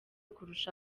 kurusha